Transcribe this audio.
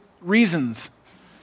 reasons